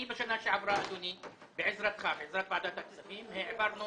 אני בשנה שעברה בעזרת ועדת הכספים העברנו